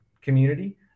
community